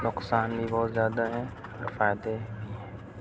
نقصان بھی بہت زیادہ ہیں فائدے بھی ہیں